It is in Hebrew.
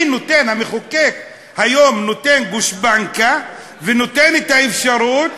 המחוקק היום נותן גושפנקה ונותן את האפשרות